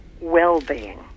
well-being